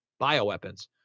Bioweapons